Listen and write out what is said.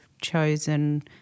chosen